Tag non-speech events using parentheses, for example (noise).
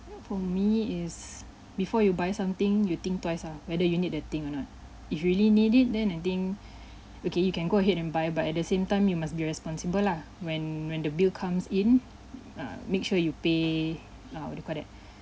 for me is before you buy something you think twice ah whether you need the thing or not if really need it then I think (breath) okay you can go ahead and buy but at the same time you must be responsible lah when when the bill comes in uh make sure you pay uh what you call that